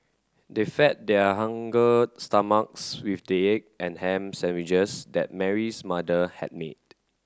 they fed their stomachs with the egg and ham sandwiches that Mary's mother had made